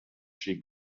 she